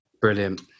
brilliant